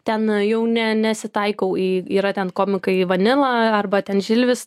ten jau ne ne nesitaikau į yra ten komikai į vanilą arba ten žilvis